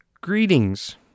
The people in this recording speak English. Greetings